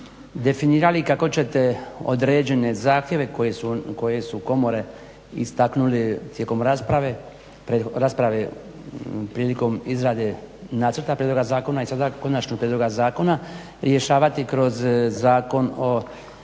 definirali kako ćete određene zahtjeve koje su komore istaknuli tijekom rasprave, rasprave prilikom izrade nacrta prijedloga zakona i sada konačnog prijedloga zakona rješavati kroz Zakon o